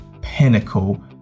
pinnacle